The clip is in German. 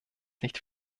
nicht